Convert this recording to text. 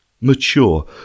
mature